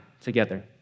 together